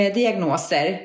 diagnoser